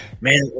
man